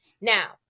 Now